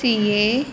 ca